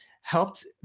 helped